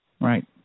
Right